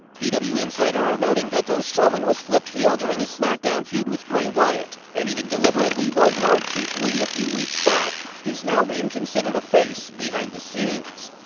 pw insider are noting that though strowman was flipped heel during his smackdown feud with bray wyatt, and even deliberately low-blowed keith lee a few weeks back, he's now being considered a face behind the scenes.